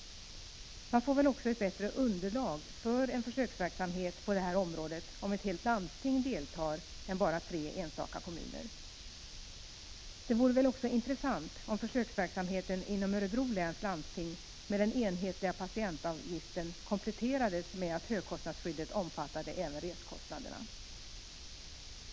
Man får väl också ett bättre underlag för en försöksverksamhet på det här området om ett helt landsting deltar i stället för tre enstaka kommuner. Det vore också intressant om försöksverksamheten med den enhetliga patientavgiften inom Örebro läns landsting kompletterades med att högkostnadsskyddet omfattade resekostnaderna.